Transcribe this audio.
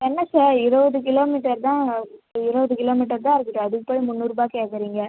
என்ன சார் இருபது கிலோமீட்டர் தான் இருபது கிலோமீட்டர் தான் இருக்குது சார் அதுக்கு போய் முன்னூறுபா கேட்குறிங்க